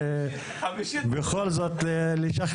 אבל זה מתחבר גם לדברים שעלו לנו כשכתבנו לפני שנה